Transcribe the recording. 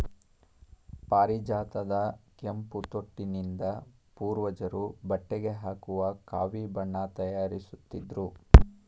ಪಾರಿಜಾತದ ಕೆಂಪು ತೊಟ್ಟಿನಿಂದ ಪೂರ್ವಜರು ಬಟ್ಟೆಗೆ ಹಾಕುವ ಕಾವಿ ಬಣ್ಣ ತಯಾರಿಸುತ್ತಿದ್ರು